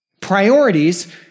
Priorities